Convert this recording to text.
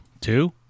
two